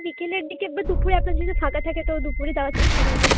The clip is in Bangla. বিকেলের দিকে দুপুরে আপনার ফাঁকা থাকে তো দুপুরে যাওয়ার চেষ্টা করব